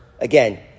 again